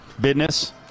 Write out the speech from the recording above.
business